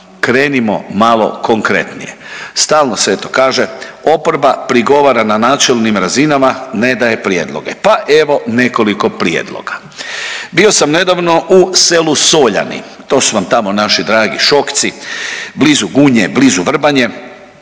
krenimo malo konkretnije. Stalno se eto kaže oporba prigovara na načelnim razinama, ne daje prijedloge, pa evo nekoliko prijedloga. Bio sam nedavno u selu Soljani, to su vam tamo naši dragi Šokci, blizu Gunje, blizu Vrbanje,